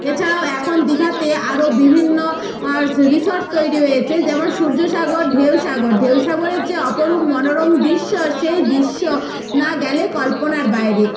এছাড়াও এখন দীঘাতে আরও বিভিন্ন রিসর্ট তৈরি হয়েছে যেমন সূর্য সাগর ঢেউসাগর ঢেউসাগরের যে অপরূপ মনোরম দৃশ্য সেই দৃশ্য না গেলে কল্পনার বাইরে